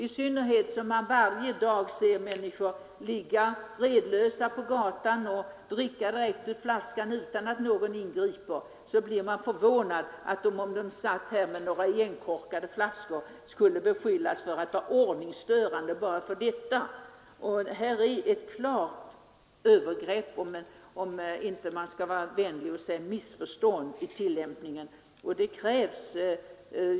I synnerhet som vi varje dag ser människor ligga redlösa på gatan och dricka direkt ur flaskan utan att någon ingriper, är det förvånande att dessa greker beskylls för att vara ordningsstörande bara för att de satt med några igenkorkade flaskor. Här är det fråga om ett klart övergrepp — om man inte skall vara vänlig och säga missförstånd vid tillämpningen.